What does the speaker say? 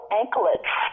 anklets